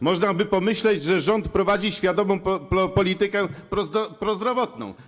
Można by pomyśleć, że rząd prowadzi świadomą politykę prozdrowotną.